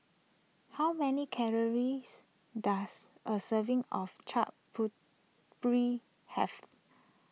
how many calories does a serving of Chaat Papri have